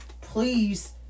please